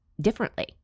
differently